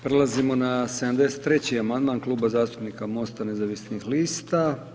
Prelazimo na 73. amandman Kluba zastupnika MOST-a nezavisnih lista.